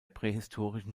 prähistorischen